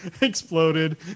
exploded